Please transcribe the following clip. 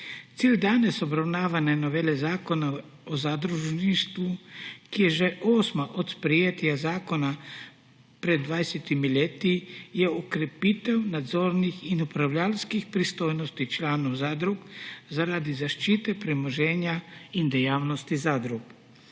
Cilj danes obravnavane novele Zakona o zadrugah, ki je že osma od sprejetja zakona pred 20 leti, je okrepitev nadzornih in upravljavskih pristojnosti članov zadrug zaradi zaščite premoženja in dejavnosti zadrug.